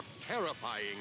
terrifying